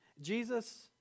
Jesus